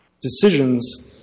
decisions